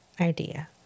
idea